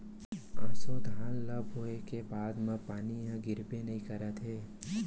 ऑसो धान ल बोए के बाद म पानी ह गिरबे नइ करत हे